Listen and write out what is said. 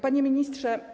Panie Ministrze!